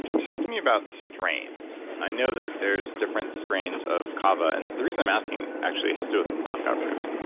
talk to me about strains. i know that there's different strains of kava, and the reason i'm asking, actually has to do with maca root.